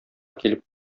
килеп